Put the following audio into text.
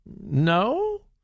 No